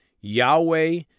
Yahweh